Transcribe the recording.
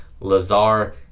Lazar